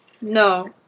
No